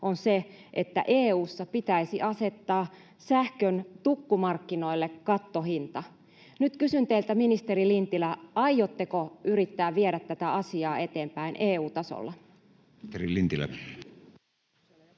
on se, että EU:ssa pitäisi asettaa sähkön tukkumarkkinoille kattohinta. Nyt kysyn teiltä, ministeri Lintilä: aiotteko yrittää viedä tätä asiaa eteenpäin EU-tasolla?